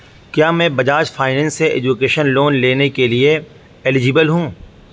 کیا میں بجاج فائننس سے ایجوکیشن لون لینے کے لیے ایلیجبل ہوں